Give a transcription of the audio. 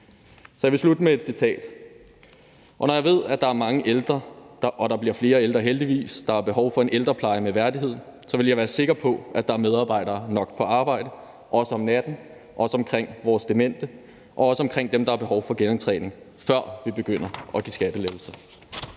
Så jeg vil slutte med et citat: Når jeg ved, at der er mange ældre og der bliver flere ældre, heldigvis, der har behov for en ældrepleje med værdighed, så vil jeg være sikker på, at der er medarbejdere nok på arbejde, også om natten, også omkring vores demente og også omkring dem, der har behov for genoptræning, før vi begynder at give skattelettelser.